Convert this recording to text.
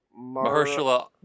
Mahershala